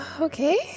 Okay